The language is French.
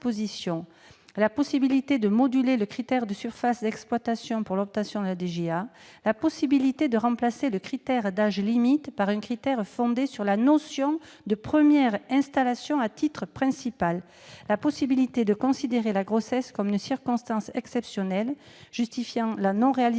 dispositions : la modulation du critère de surface d'exploitation pour l'obtention de la DJA ; le remplacement du critère d'âge limite par un critère fondé sur la notion de première installation à titre principal ; la possibilité de considérer la grossesse comme une circonstance exceptionnelle justifiant la non-réalisation